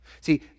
See